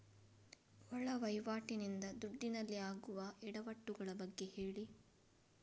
ಒಳ ವಹಿವಾಟಿ ನಿಂದ ದುಡ್ಡಿನಲ್ಲಿ ಆಗುವ ಎಡವಟ್ಟು ಗಳ ಬಗ್ಗೆ ಹೇಳಿ